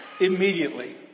immediately